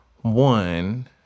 one